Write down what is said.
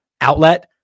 outlet